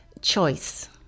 choice